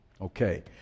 Okay